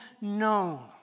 known